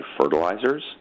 fertilizers